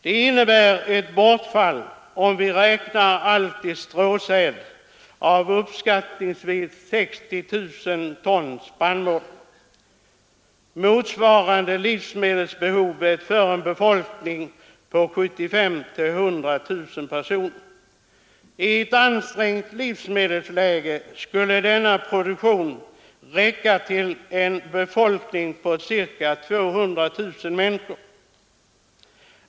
Det innebär ett bortfall, om vi räknar allt i stråsäd, av uppskattningsvis 60 000 ton spannmål, motsvarande livsmedelsbehovet för en befolkning på 75 000-100 000 personer. I ett ansträngt livsmedelsläge skulle denna produktion räcka till en befolkning på ca 200 000 människor.